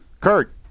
Kurt